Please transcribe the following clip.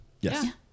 Yes